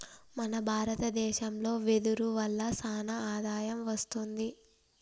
మన భారత దేశంలో వెదురు వల్ల సానా ఆదాయం వస్తుంది